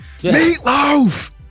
Meatloaf